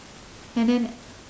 and then